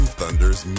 Thunders